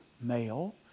male